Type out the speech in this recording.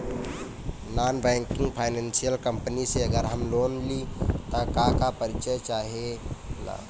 Non banking financial company से अगर हम लोन लि त का का परिचय चाहे ला?